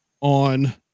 on